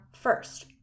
first